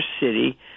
city